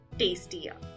tastier